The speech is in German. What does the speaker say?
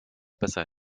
besser